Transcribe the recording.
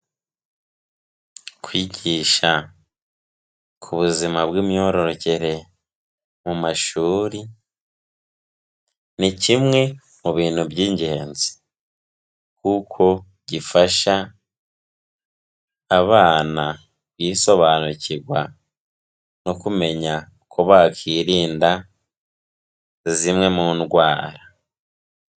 Kwigisha ku buzima bw'imyororokere mu mashuri, ni kimwe mu bintu by'ingenzi kuko gifasha abana kuyisobanukirwa no kumenya uko bakirinda zimwe mu ndwara.